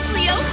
Leo